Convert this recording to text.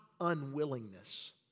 unwillingness